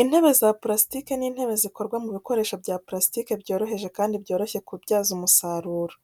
Intebe za purasitike ni intebe zikorwa mu bikoresho bya purasitike byoroheje kandi byoroshye kubyaza umusaruro.